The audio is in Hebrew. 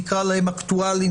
נקרא להם אקטואליים,